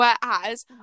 whereas